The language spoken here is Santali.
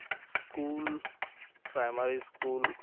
school primary school